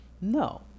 No